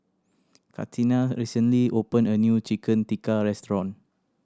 Catina recently opened a new Chicken Tikka restaurant